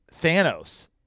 Thanos